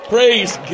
Praise